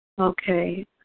Okay